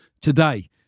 today